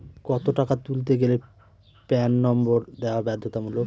কত টাকা তুলতে গেলে প্যান নম্বর দেওয়া বাধ্যতামূলক?